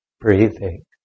breathing